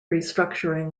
restructuring